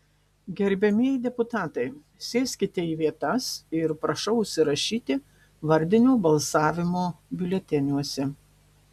gerbiamieji deputatai sėskite į vietas ir prašau užsirašyti vardinio balsavimo biuleteniuose